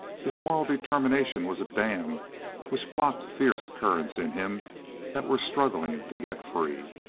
his moral determination was a dam which blocked fierce currents in him that were struggling to get free.